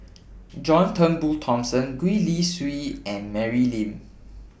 John Turnbull Thomson Gwee Li Sui and Mary Lim